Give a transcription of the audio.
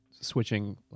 switching